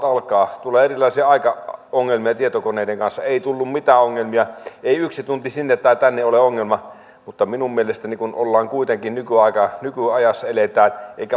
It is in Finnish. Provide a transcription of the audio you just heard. alkaa tulee erilaisia aikaongelmia tietokoneiden kanssa ei tullut mitään ongelmia ei yksi tunti sinne tai tänne ole ongelma mutta minun mielestäni kun kuitenkin nykyajassa nykyajassa eletään eikä